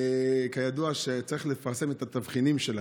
כידוע צריך לפרסם את התבחינים שלהם.